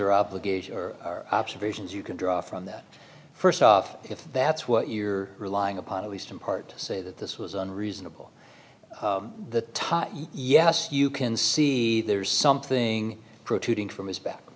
or obligation or observations you can draw from that first off if that's what you're relying upon least in part to say that this was an reasonable the type yes you can see there's something protruding from his back